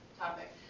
topic